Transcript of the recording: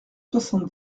soixante